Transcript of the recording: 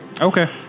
Okay